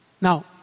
Now